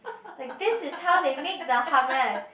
like this is how they make the hummus